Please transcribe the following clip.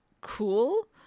cool